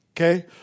Okay